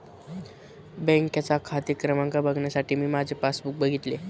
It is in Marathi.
बँकेचा खाते क्रमांक बघण्यासाठी मी माझे पासबुक बघितले